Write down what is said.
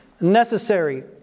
necessary